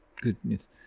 goodness